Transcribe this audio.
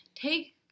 take